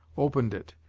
opened it,